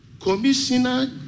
Commissioner